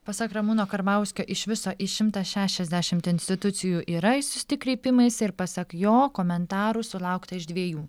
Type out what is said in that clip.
pasak ramūno karbauskio iš viso į šimtą šešiasdešimt institucijų yra išsiųsti kreipimaisi ir pasak jo komentarų sulaukta iš dviejų